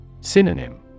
Synonym